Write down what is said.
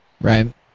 Right